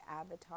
avatar